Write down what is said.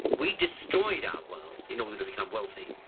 we destroyed our world in order to become wealthy.